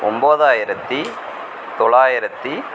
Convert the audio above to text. ஒன்பதாயிரத்தி தொள்ளாயிரத்தி